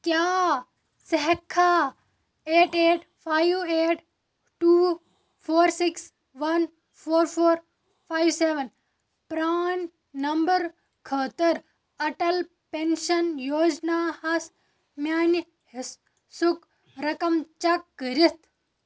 کیٛاہ ژٕ ہٮ۪ککھا eight eight five eight two four six one four four five seven پرٛان نمبر خٲطر اٹل پٮ۪نشن یوجناہَس میانہِ حِصُک رقم چک کٔرِتھ